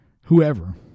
whoever